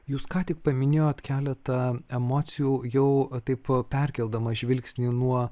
jūs ką tik paminėjot keletą emocijų jau taip perkeldamas žvilgsnį nuo